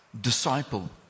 disciple